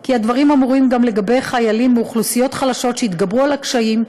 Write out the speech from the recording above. כי הדברים אמורים גם לגבי חיילים מאוכלוסיות חלשות שהתגברו על הקשיים,